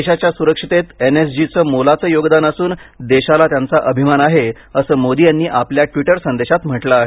देशाच्या सुरक्षिततेत N S G चे मोलाचे योगदान असून देशाला त्यांचा अभिमान आहे असं मोदी यांनी आपल्या ट्विटर संदेशात म्हटलं आहे